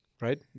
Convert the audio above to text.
right